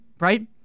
Right